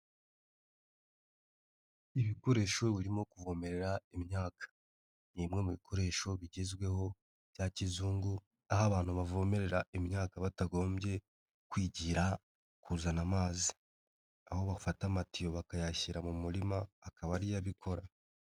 Ibikoresho birimo kuvomerera imyaka, ni bmwe mu bikoresho bigezweho bya kizungu aho abantu bavomerera imyaka batagombye kwigira kuzana amazi, aho bafata amatiyo bakayashyira mu murima akaba ari yo abikora.